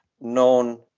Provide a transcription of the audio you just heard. known